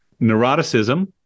Neuroticism